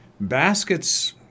baskets